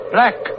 Black